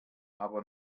aber